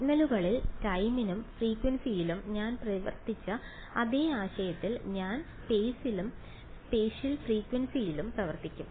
സിഗ്നലുകളിൽ ടൈമിലും ഫ്രീക്വൻസിയിലും ഞാൻ പ്രവർത്തിച്ച അതേ ആശയത്തിൽ ഞാൻ സ്പേസിലും സ്പേഷ്യൽ ഫ്രീക്വൻസിയിലും പ്രവർത്തിക്കും